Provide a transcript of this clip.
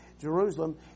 Jerusalem